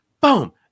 boom